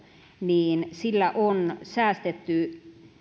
niin sillä on säästetty